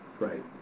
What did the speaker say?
Right